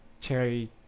Cherry